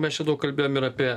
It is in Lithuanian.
mes čia daug kalbėjom ir apie